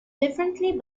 differently